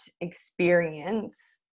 experience